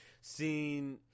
Seen